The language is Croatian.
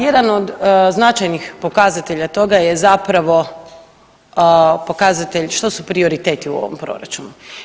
Jedan od značajnih pokazatelja toga je zapravo pokazatelj što su prioriteti u ovom proračunu.